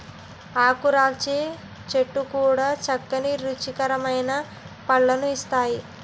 ఆకురాల్చే చెట్లు కూడా చక్కని రుచికరమైన పళ్ళను ఇస్తాయి